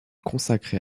consacrée